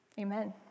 Amen